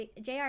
JR